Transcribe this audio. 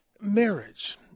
marriage